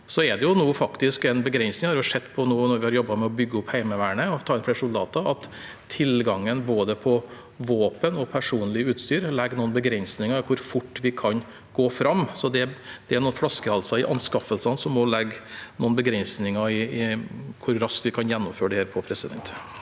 Så er det en begrensning her. Det har vi sett nå når vi har jobbet med å bygge opp Heimevernet og ta ut flere soldater. Tilgangen på både våpen og personlig utstyr legger noen begrensninger på hvor fort vi kan gå fram. Det er altså noen flaskehalser i anskaffelsene som legger noen begrensninger på hvor raskt vi kan gjennomføre dette. Presidenten